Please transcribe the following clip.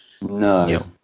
No